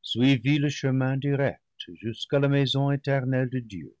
suivit le chemin direct jusqu'à la maison éternelle de dieu